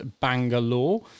Bangalore